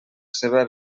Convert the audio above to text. seva